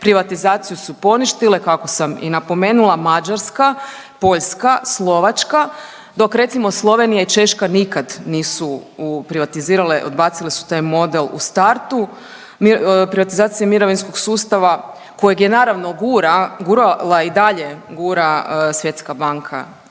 privatizaciju su poništile kako sam i napomenula Mađarska, Poljska, Slovačka dok recimo Slovenija i Češka nikad nisu privatizirale, odbacile su taj model u startu. Privatizacija mirovinskog sustava kojeg je naravno gura, gurala i dalje gura Svjetska banka